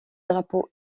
drapeaux